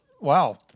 Wow